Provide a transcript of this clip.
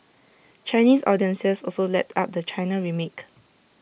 Chinese audiences also lapped up the China remake